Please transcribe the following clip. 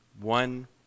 one